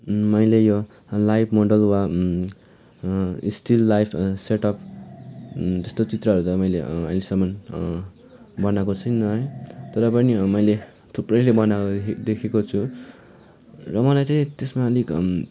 मैले यो life model वा स्टिल लाइफ सेटअप त्यस्तो चित्रहरू अहिलेसम्म बनाएको छुइनँ है तर पनि मैले थुप्रैले बनाको देखेको छु र मलाई चाहिँ त्यसमा अलिक